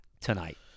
tonight